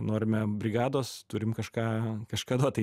norime brigados turim kažką kažką duot tai